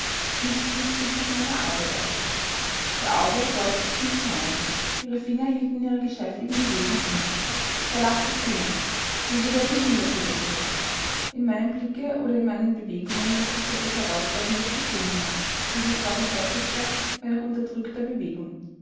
blickte von ihrer arbeit auf ihr auge bohrte sich in das meine ihre finger hielten in ihrer geschäftigen bewegung inne verlaß das zimmer geh wieder in die kinderstube zurück in meinem blicke oder in meinen bewegungen mußte sie etwas herausforderndes gesehen haben denn sie sprach in heftigster wenn auch unterdrückter bewegung